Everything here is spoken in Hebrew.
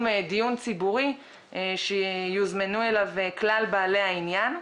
דיון ציבורי שיוזמנו אליו כלל בעלי העניין.